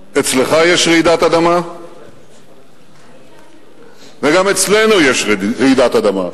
אצלך יש רעידת אדמה וגם אצלנו יש רעידת אדמה,